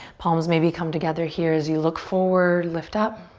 palms maybe come together here as you look forward, lift up.